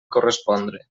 correspondre